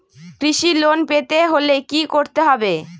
কৃষি লোন পেতে হলে কি করতে হবে?